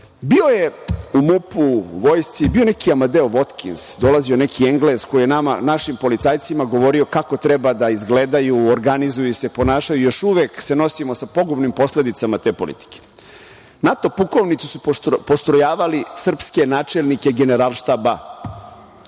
je u MUP-u, u vojsci, bio je neki Amadeo Votkins, dolazio neki Englez koji je nama, našim policajcima govorio kako treba da izgledaju, organizuju se ponašaju, još uvek se nosimo sa pogubnim posledicama te politike. Pukovnici NATO pakta su postrojavali srpske načelnike Generalštaba,